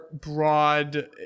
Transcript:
broad